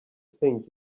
think